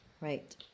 Right